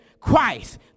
Christ